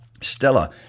Stella